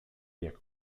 jak